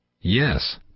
Yes